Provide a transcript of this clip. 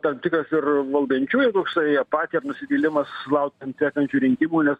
tam tikas ir valdančiųjų toksai apatija ir nusivylimas laukiant sekančių rinkimų nes